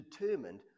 determined